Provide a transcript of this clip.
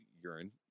urine